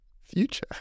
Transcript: future